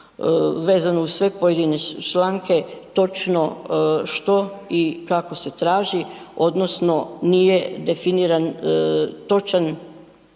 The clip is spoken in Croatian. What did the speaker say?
vezano uz sve pojedine članke točno što i kako se traži odnosno nije definiran točan